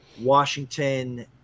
washington